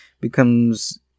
becomes